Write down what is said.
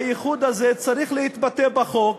והייחוד הזה צריך להתבטא בחוק,